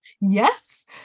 Yes